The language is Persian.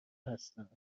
هستم